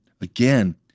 again